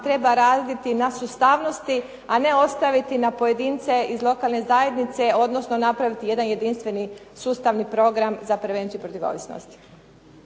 treba raditi na sustavnosti, a ne ostaviti na pojedince iz lokalne zajednice odnosno napraviti jedan jedinstveni sustavni program za prevenciju protiv ovisnosti.